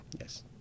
Yes